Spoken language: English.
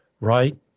right